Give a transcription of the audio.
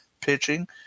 pitching